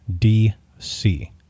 DC